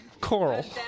Coral